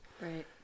right